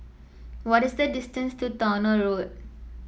what is the distance to Towner Road